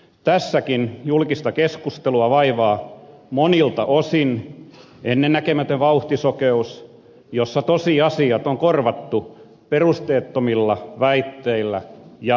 tässäkin julkista keskustelua vaivaa monilta osin ennennäkemätön vauhtisokeus jossa tosiasiat on korvattu perusteettomilla väitteillä ja epäluuloilla